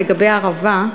לגבי הערבה,